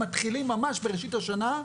מתחילים ממש בראשית השנה,